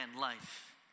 life